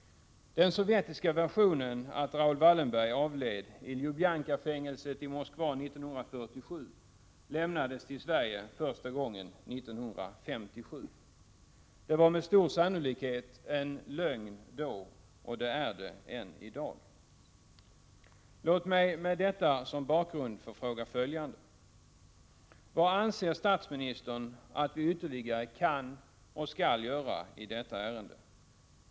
Den sovjetiska versionen, att Raoul Wallenberg avled i Ljubjankafängelset i Moskva 1947, lämnades till Sverige första gången 1957. Det var med stor sannolikhet en lögn då och är det än i dag. Låt mig med detta som bakgrund få fråga följande: Vad anser statsminis tern att vi ytterligare kan och skall göra i detta ärende?